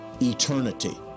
eternity